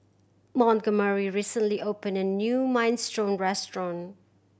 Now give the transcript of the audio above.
Montgomery recently opened a new Minestrone Restaurant